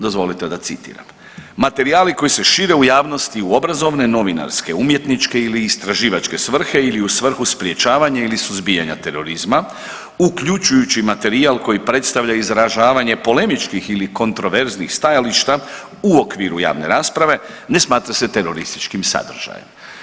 Dozvolite da citiram, materijali koji se šire u javnosti u obrazovne, novinarske, umjetničke ili istraživačke svrhe ili u svrhu sprječavanja ili suzbijanja terorizma uključujući materijal koji predstavlja izražavanje polemičkih ili kontroverznih stajališta u okviru javne rasprave, ne smatra se terorističkim sadržajem.